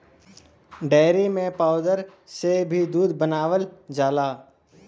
dairy में powder से भी दूध बनावल जाला